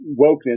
wokeness